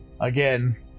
Again